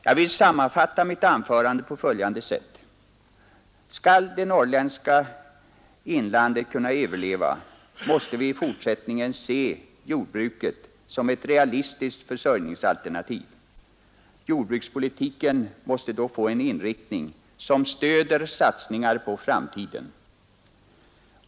Jag vill sammanfatta mitt anförande på följande sätt: Skall det norrländska inlandet kunna överleva, måste vi i fortsättningen se jordbruket som ett realistiskt försörjningsalternativ. Jordbrukspolitiken måste då få en inriktning som stöder satsningar på framtiden.